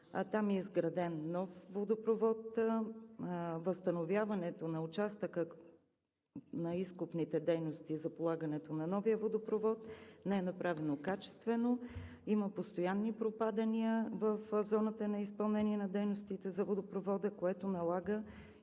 Там е изграден нов водопровод. Възстановяването на участъка на изкопните дейности за полагането на новия водопровод не е направено качествено. Има постоянни пропадания в зоната на изпълнение на дейностите за водопровода, което налага